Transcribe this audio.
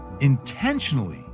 intentionally